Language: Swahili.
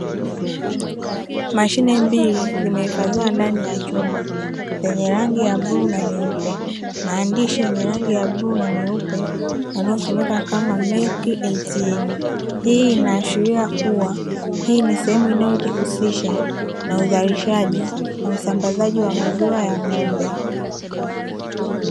Mashine mbili zimehifadhiwa ndani ya chumba; zenye rangi ya bluu na nyeupe, maandishi yenye rangi ya bluu na meupe yanayosomeka kama "Milk ATM", hii inaashiria kuwa hii ni sehemu inayojihusisha na uzalishaji na usambazaji wa maziwa ya ng'ombe.